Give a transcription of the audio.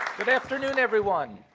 good afternoon, everyone.